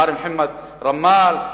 מר מחמד רמאל,